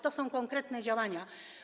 To są konkretne działania.